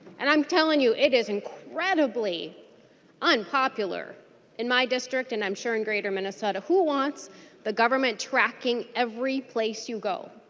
and telling you it is incredibly unpopular in my district and i'm sure in greater minnesota. who wants the government tracking every place you go?